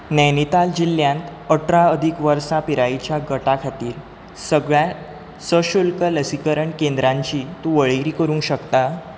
नैनिताल जिल्ल्यांत अठरा अदीक वर्सां पिरायेच्या गटा खातीर सगळ्या सशुल्क लसीकरण केंद्रांची तूं वळेरी करूंक शकता